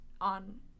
on